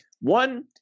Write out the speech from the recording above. one